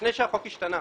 לפני שהחוק השתנה,